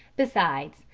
besides,